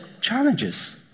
challenges